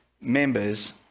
members